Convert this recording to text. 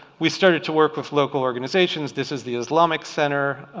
we started to work with local organizations. this is the islamic centre.